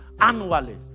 annually